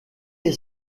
est